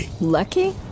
Lucky